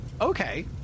Okay